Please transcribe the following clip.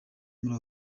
muri